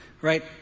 right